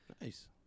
Nice